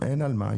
אין על מה.